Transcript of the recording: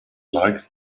like